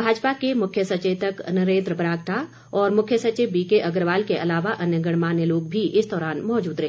भाजपा के मुख्य सचेतक नरेन्द्र बरागटा और मुख्य सचिव बी के अग्रवाल के अलावा अन्य गणमान्य लोग भी इस दौरान मौजूद रहे